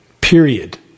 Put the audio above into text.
period